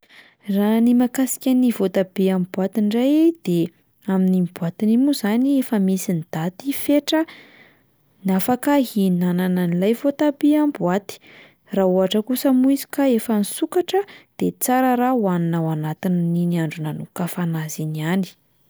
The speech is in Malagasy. Raha ny mahakasika ny voatabia amin'ny boaty indray de amin'iny boatiny iny moa zany efa misy ny daty fetra ny afaka ihinanana an'ilay voatabia amin'ny boaty, raha ohatra kosa moa izy ka efa nisokatra de tsara raha hoanina ao anatin'iny andro nanokafana azy iny ihany.